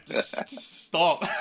Stop